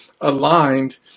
aligned